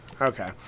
okay